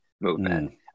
movement